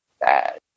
bad